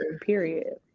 Period